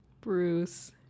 Bruce